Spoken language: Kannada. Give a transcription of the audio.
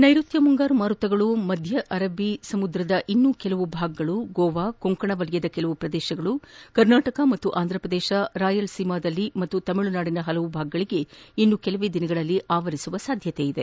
ನೈರುತ್ತ ಮುಂಗಾರು ಮಾರುತಗಳು ಮಧ್ಯ ಅರಬ್ಬಿ ಸಮುದ್ರದ ಇನ್ನು ಕೆಲವು ಭಾಗಗಳು ಗೋವಾ ಕೊಂಕಣ ವಲಯದ ಕೆಲವು ಪ್ರದೇಶಗಳು ಕರ್ನಾಟಕ ಮತ್ತು ಆಂಧ್ರಪ್ರದೇಶ ರಾಯಲ್ಸೀಮಾದಲ್ಲಿ ಹಾಗೂ ತಮಿಳುನಾಡಿನ ಹಲವು ಭಾಗಗಳಿಗೆ ಇನ್ನು ಕೆಲವೇ ದಿನಗಳಲ್ಲಿ ವ್ಯಾಪಿಸುವ ಸಾಧ್ಯತೆ ಇದೆ